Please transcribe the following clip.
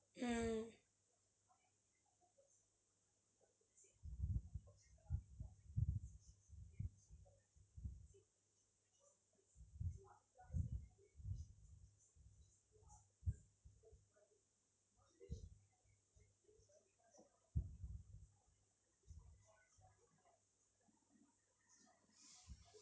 mm